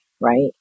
right